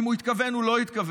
אם הוא התכוון או לא התכוון,